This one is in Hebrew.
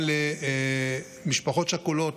וגם למשפחות שכולות,